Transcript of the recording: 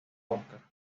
óscar